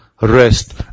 rest